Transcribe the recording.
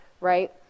right